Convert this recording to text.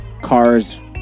cars